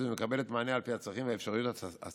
ומקבלת מענה על פי הצרכים והאפשרויות הסטטוטוריות.